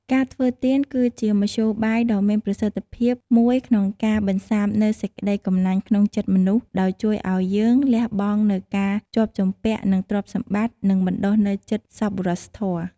ការធ្វើទាន គឺជាមធ្យោបាយដ៏មានប្រសិទ្ធភាពមួយក្នុងការបន្សាបនូវសេចក្តីកំណាញ់ក្នុងចិត្តមនុស្ស ដោយជួយឲ្យយើងលះបង់នូវការជាប់ជំពាក់នឹងទ្រព្យសម្បត្តិ និងបណ្ដុះនូវចិត្តសប្បុរសធម៌។